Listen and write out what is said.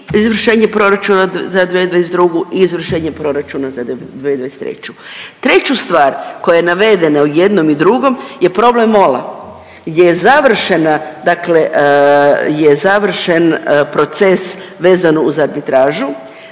izvršenje proračuna za 2022. i izvršenje proračuna za 2023.. Treću stvar koja je navedena i u jednom i drugom je problem MOL-a gdje je završena, dakle je završen proces vezan uz arbitražu.